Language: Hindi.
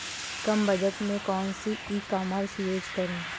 कम बजट में कौन सी ई कॉमर्स यूज़ करें?